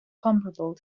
comparable